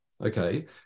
okay